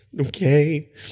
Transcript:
Okay